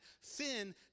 Sin